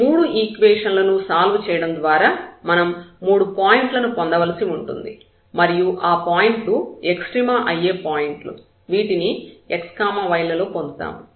ఈ మూడు ఈక్వేషన్ లను సాల్వ్ చేయడం ద్వారా మనం మూడు పాయింట్ల ను పొందవలసి ఉంటుంది ఉంటుంది మరియు ఆ పాయింట్లు ఎక్స్ట్రీమ అయ్యే పాయింట్ లు వీటిని x y లలో పొందుతాము